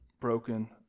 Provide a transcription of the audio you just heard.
broken